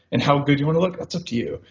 and how good you want to look that's up to you.